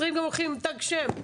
שוטרים הולכים עם תג שם.